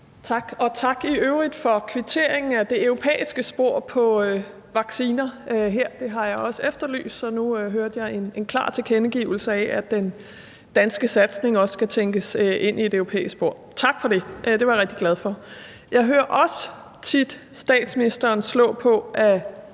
tak i øvrigt for kvitteringen med hensyn til det europæiske spor på vacciner her. Det har jeg også efterlyst, og nu hørte jeg en klar tilkendegivelse af, at den danske satsning også skal tænkes ind i et europæisk spor. Tak for det. Det var jeg rigtig glad for. Jeg hører også tit statsministeren slå på, at